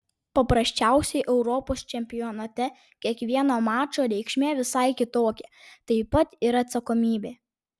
paprasčiausiai europos čempionate kiekvieno mačo reikšmė visai kitokia taip pat ir atsakomybė